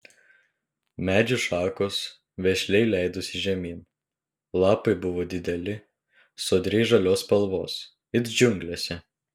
medžių šakos vešliai leidosi žemyn lapai buvo dideli sodriai žalios spalvos it džiunglėse